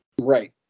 Right